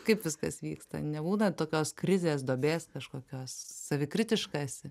kaip viskas vyksta nebūna tokios krizės duobės kažkokios savikritiška esi